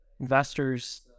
investors